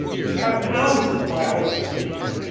if you have an ounce of biologist in you,